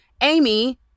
Amy